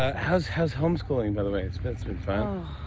ah how's how's homeschooling, by the way? it's but it's been fun.